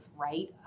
right